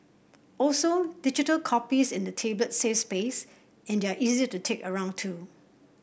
also digital copies in a tablet save space and they are easier to take around too